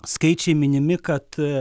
skaičiai minimi kad